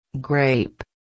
Grape